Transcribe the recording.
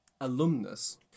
alumnus